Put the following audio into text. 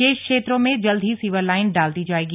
शेष क्षेत्रों में जल्द ही सीवर लाइन डाल दी जाएगी